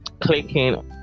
clicking